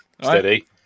steady